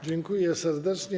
Dziękuję serdecznie.